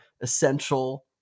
essential